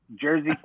Jersey